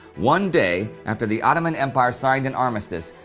one day after the ottoman empire signed an armistice,